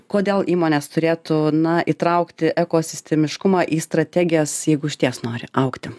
kodėl įmonės turėtų na įtraukti ekosistemiškumą į strategijas jeigu išties nori augti